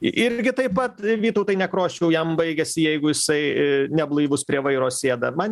irgi taip pat vytautai nekrošiau jam baigėsi jeigu jisai neblaivus prie vairo sėda man